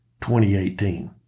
2018